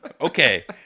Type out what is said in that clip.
Okay